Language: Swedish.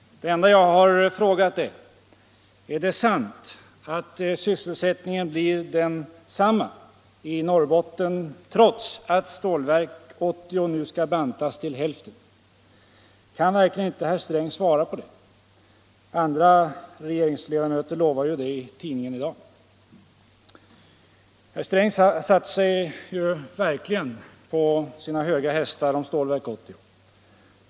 Det enda jag har frågat är: Är det sant att sysselsättningen blir densamma i Norrbotten trots att Stålverk 80 nu skall bantas till hälften? Kan herr Sträng verkligen inte svara på det? Andra regeringsledamöter lovar ju i tidningarna i dag oförändrad sysselsättning. Herr Sträng satte sig verkligen på sina höga hästar i fråga om Stålverk 80.